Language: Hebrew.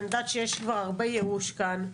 אני יודעת שיש כבר הרבה ייאוש כאן.